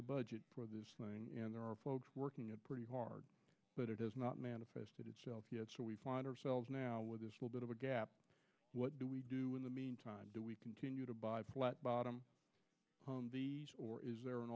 the budget for this thing and there are folks working it pretty hard but it is not manifested itself yet so we find ourselves now with this will bit of a gap what do we do in the meantime do we continue to buy flat bottom or is there an